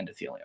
endothelium